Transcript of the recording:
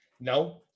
no